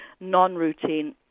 non-routine